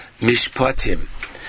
Mishpatim